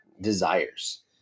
desires